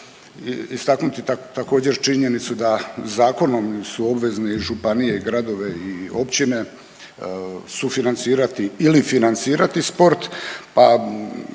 istaknuti također činjenicu da zakonom su obvezne i županije i gradove i općine sufinancirati ili financirati sport, a